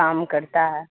کام کرتا ہے